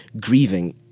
grieving